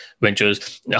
ventures